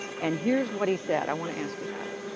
and here's what he said. i want to ask you about it,